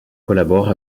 collabore